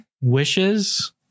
Wishes